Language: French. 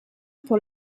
pour